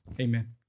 Amen